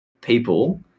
people